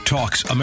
Talks